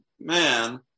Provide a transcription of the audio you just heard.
man